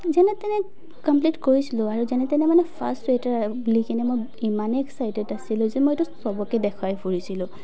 যেনে তেনে কমপ্লিট কৰিছিলোঁ আৰু যেনে তেনে মানে ফাৰ্ষ্ট চুৱেটাৰ বুলি কিনে মই ইমানেই এক্সাইটেড আছিলোঁ যে মইটো এইটো সবকে দেখুৱাই ফুৰিছিলোঁ